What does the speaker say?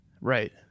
right